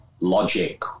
logic